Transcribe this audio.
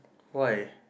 why